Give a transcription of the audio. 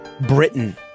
Britain